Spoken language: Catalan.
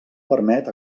permet